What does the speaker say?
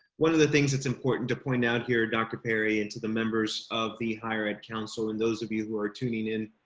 one of the things that's important to point out here. dr. perry into the members of the higher ed council and those of you who are tuning in